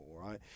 right